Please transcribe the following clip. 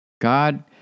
God